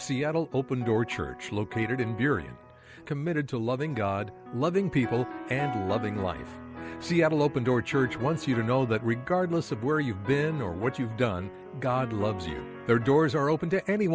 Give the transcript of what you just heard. seattle's open door church located in theory and committed to loving god loving people and loving life seattle open door church once you know that regardless of where you've been or what you've done god loves their doors are open to any